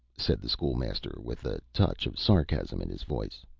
said the school-master, with a touch of sarcasm in his voice.